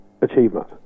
achievement